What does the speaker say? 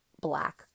Black